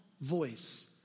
voice